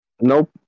Nope